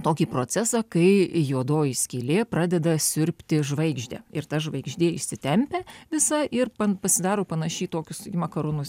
tokį procesą kai juodoji skylė pradeda siurbti žvaigždę ir ta žvaigždė išsitempia visa ir pan pasidaro panaši į tokius makaronus